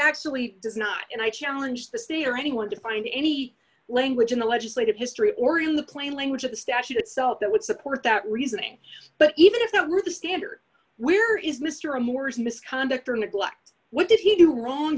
actually does not and i challenge the state or anyone to find any language in the legislative history or in the plain language of the statute itself that would support that reasoning but even if that were the standard where is mr moore's misconduct or neglect what did he do wrong